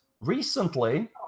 recently